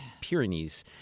Pyrenees